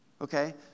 Okay